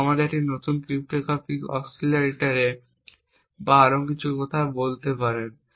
বা আমাদের একটি নতুন ক্রিপ্টোগ্রাফিক অ্যাক্সিলারেটর বা আরও কিছু বলতে পারেন